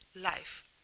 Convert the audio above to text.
life